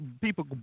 people